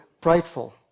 prideful